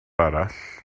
arall